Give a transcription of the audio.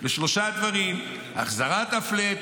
לשלושה דברים: החזרת הפלאט,